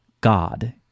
God